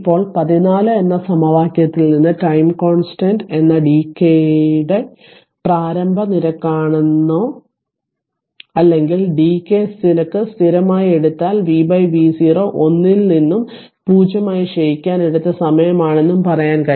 ഇപ്പോൾ 14 എന്ന സമവാക്യത്തിൽ നിന്ന് ടൈം കോൺസ്റ്റന്റ് എന്നത് ഡിക്കയുടെ പ്രാരംഭ നിരക്കാണെന്നോ അല്ലെങ്കിൽ ഡിക്കൈ നിരക്ക് സ്ഥിരമായി എടുത്താൽ vv0 ഒന്നിൽ നിന്നും 0 ആയി ക്ഷയിക്കാൻ എടുത്ത സമയമാണെന്നും പറയാൻ കഴിയും